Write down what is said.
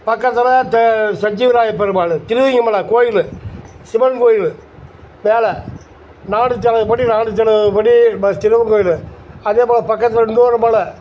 பக்கத்தில் தே சஞ்சீவிராய பெருமாளு திருவேங்கமலை கோயிலு சிவன் கோயிலு மேலே நாலு நாலு சிருவன் கோயிலு அதே போல பக்கத்தில் இன்னொரு மலை